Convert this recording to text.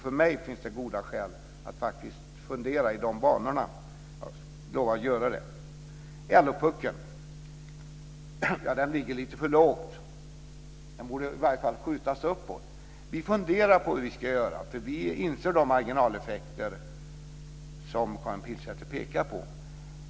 För mig finns det goda skäl att faktiskt fundera i dessa banor. Jag lovar att göra det. LO-puckeln - ja, den ligger lite för lågt. Den borde i varje fall skjutas uppåt. Vi funderar på hur vi ska göra, för vi inser de marginaleffekter som Karin Pilsäter pekar på.